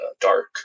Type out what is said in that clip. dark